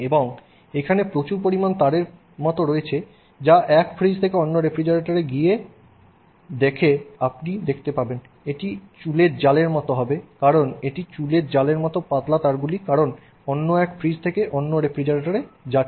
এবং এখানে প্রচুর পরিমাণে তারের মতো রয়েছে যা এক ফ্রিজ থেকে অন্য রেফ্রিজারেটরে গিয়ে দেখে আপনি দেখতে পাবেন এটি চুলের জালের মতো হবে কারণ এটি চুলের জালের মতো পাতলা তারগুলি কারণ অন্য এক ফ্রিজ থেকে অন্য রেফ্রিজারেটরে যাচ্ছে